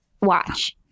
watch